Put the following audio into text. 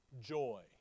joy